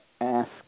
ask